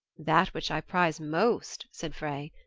that which i prize most, said frey,